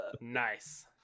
nice